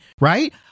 Right